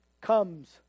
comes